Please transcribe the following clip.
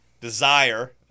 desire